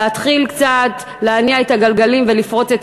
להתחיל קצת להניע את הגלגלים ולפרוץ את